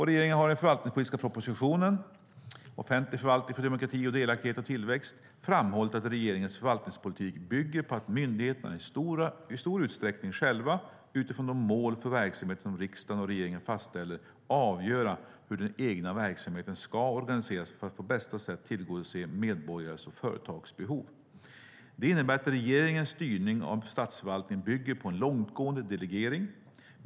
Regeringen har i den förvaltningspolitiska propositionen Offentlig förvaltning för demokrati, delaktighet och tillväxt framhållit att regeringens förvaltningspolitik bygger på att myndigheterna i stor utsträckning själva, utifrån de mål för verksamheten som riksdagen och regeringen fastställer, ska avgöra hur den egna verksamheten ska organiseras för att på bästa sätt tillgodose medborgares och företags behov. Det innebär att regeringens styrning av statsförvaltningen bygger på en långtgående delegering.